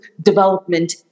development